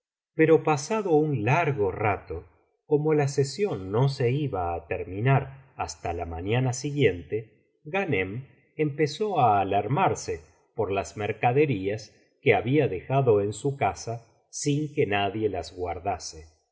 pero pasado un largo rato como la sesión no se iba á terminar hasta la mañana siguiente ghanem empezó á alarmarse por las mercaderías que había dejado en su casa sin que nadie las guardase